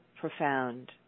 profound